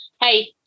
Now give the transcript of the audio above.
hey